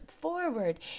forward